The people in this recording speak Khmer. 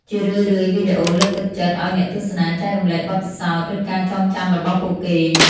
ជារឿយៗវីដេអូលើកទឹកចិត្តឱ្យអ្នកទស្សនាចែករំលែកបទពិសោធន៍ ឬការចងចាំរបស់ពួកគេ។